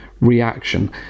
reaction